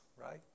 right